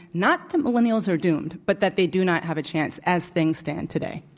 not that millennials are doomed, but that they do not have a chance as things stand today.